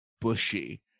bushy